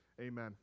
Amen